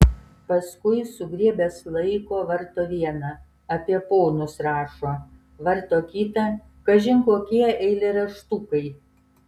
paskui sugriebęs laiko varto vieną apie ponus rašo varto kitą kažin kokie eilėraštukai